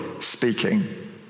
speaking